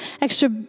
extra